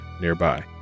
nearby